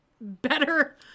better